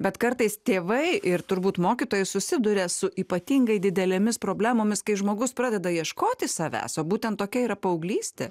bet kartais tėvai ir turbūt mokytojai susiduria su ypatingai didelėmis problemomis kai žmogus pradeda ieškoti savęs o būtent tokia yra paauglystė